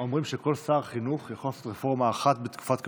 אומרים שכל שר חינוך יכול לעשות רפורמה אחת בתקופת כהונתו.